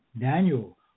Daniel